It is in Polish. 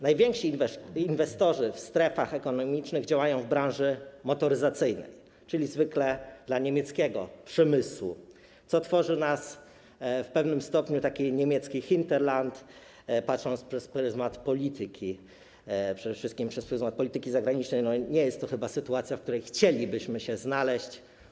Najwięksi inwestorzy w strefach ekonomicznych działają w branży motoryzacyjnej, czyli zwykle dla niemieckiego przemysłu, co tworzy z nas w pewnym stopniu taki niemiecki hinterland, patrząc przez pryzmat polityki, przede wszystkim przez pryzmat polityki zagranicznej, i nie jest to chyba sytuacja, w której chcielibyśmy się znaleźć.